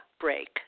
break